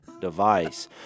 device